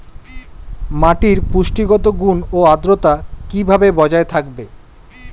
মাটির পুষ্টিগত গুণ ও আদ্রতা কিভাবে বজায় থাকবে?